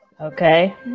Okay